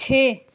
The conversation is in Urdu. چھ